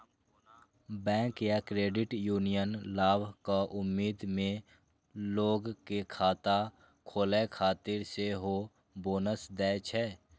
bank या credit union लाभक उम्मीद मे लोग कें खाता खोलै खातिर सेहो बोनस दै छै